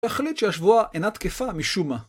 הוא החליט שהשבועה אינה תקפה משום מה.